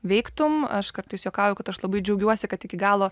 veiktum aš kartais juokauju kad aš labai džiaugiuosi kad iki galo